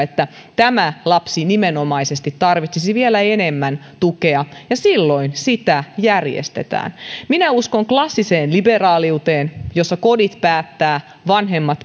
siitä että tämä lapsi nimenomaisesti tarvitsisi vielä enemmän tukea ja silloin sitä järjestetään minä uskon klassiseen liberaaliuteen jossa kodit päättävät vanhemmat